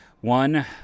One